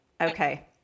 Okay